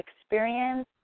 experience